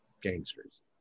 gangsters